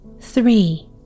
three